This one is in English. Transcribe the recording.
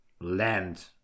land